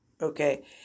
Okay